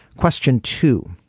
question two.